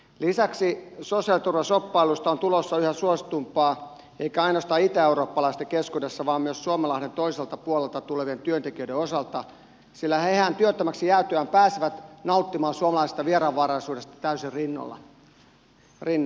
lisäksi sosiaaliturvashoppailusta on tulossa yhä suositumpaa eikä ainoastaan itäeurooppalaisten keskuudessa vaan myös suomenlahden toiselta puolelta tulevien työntekijöiden osalta sillä hehän työttömäksi jäätyään pääsevät nauttimaan suomalaisesta vieraanvaraisuudesta täysin rinnoin